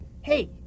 Hey